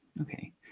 Okay